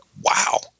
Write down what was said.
Wow